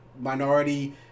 minority